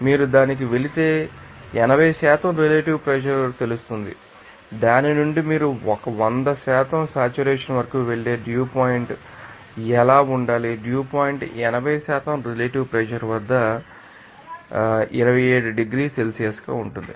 మీరు దానికి వెళితే మీకు 80 రిలేటివ్ ప్రెషర్ తెలుసు మరియు దాని నుండి మీరు ఆ వంద శాతం సాచురేషన్ వరకు వెళ్ళే డ్యూ పాయింట్ ఎలా ఉండాలి డ్యూ పాయింట్ 80 రిలేటివ్ ప్రెషర్ వద్ద 27 డిగ్రీల సెల్సియస్ గా ఉంటుంది